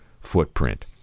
footprint